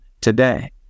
today